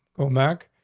go back.